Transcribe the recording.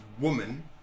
woman